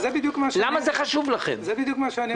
למה זה חשוב לכם?